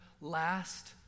last